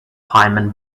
hyman